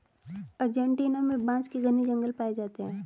Argentina में बांस के घने जंगल पाए जाते हैं